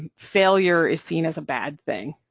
failure is seen as a bad thing.